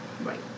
Right